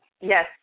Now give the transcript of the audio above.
Yes